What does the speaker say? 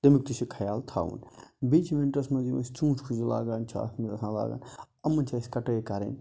تمیُک تہِ چھُ خَیال تھاوُن بیٚیہِ چھِ وِنٹرس مَنٛز یِم أسۍ ژوٗنٛٹۍ کُلۍ لاگان چھِ اتھ مَنٛز آسان لاگان یِمن چھِ اَسہِ کَٹٲے کَرٕنۍ